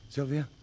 Sylvia